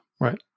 Right